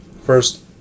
First